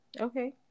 Okay